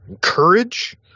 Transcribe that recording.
courage